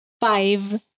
five